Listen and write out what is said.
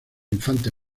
infante